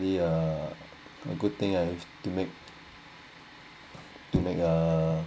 really a a good thing have to make to make uh